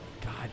God